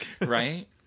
Right